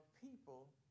people